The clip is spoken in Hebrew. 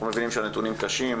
אנחנו מבינים שהנתונים קשים,